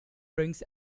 brings